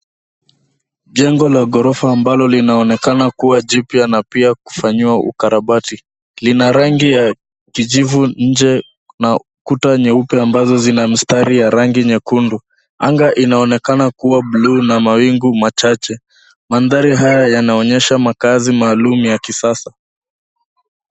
Jengo la ghorofa ambalo linaonekana kuwa jipya na pia kufanyiwa ukarabati. Lina rangi ya kijivu nje na kuta nyeupe ambazo zina mstari ya rangi nyekundu. Anga inaonekana kuwa bluu na mawingu machache. Mandhari haya yanaonyesha makaazi maalum ya kisasa.